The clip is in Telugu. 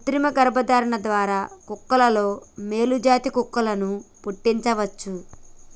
కృతిమ గర్భధారణ ద్వారా కుక్కలలో మేలు జాతి కుక్కలను పుట్టించవచ్చు